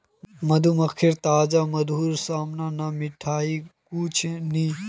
मधुमक्खीर ताजा मधुर साम न मिठाई कुछू नी